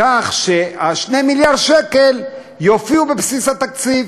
כך ש-2 מיליארד שקל יופיעו בבסיס התקציב.